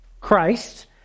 Christ